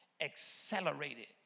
accelerated